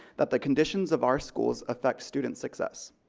that the conditions of our schools affect student success.